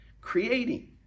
creating